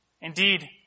Indeed